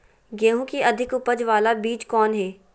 गेंहू की अधिक उपज बाला बीज कौन हैं?